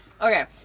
Okay